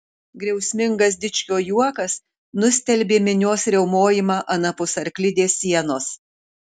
griausmingas dičkio juokas nustelbė minios riaumojimą anapus arklidės sienos